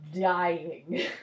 dying